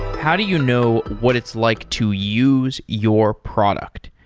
how do you know what it's like to use your product?